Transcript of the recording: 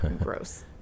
Gross